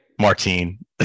Martine